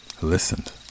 listened